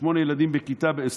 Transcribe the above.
שמונה ילדים בכיתה, לא.